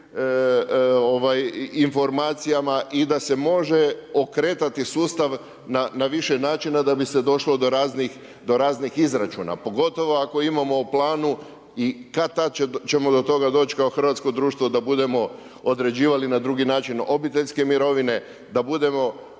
informacijama i da se može okretati sustav na više načina da bi se došlo do raznih izračuna pogotovo ako imamo u planu i kad-tad ćemo do toga doći kao hrvatsko društvo da bude određivali na drugi način obiteljske mirovine, da budemo